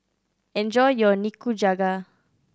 enjoy your Nikujaga